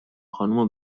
خانوم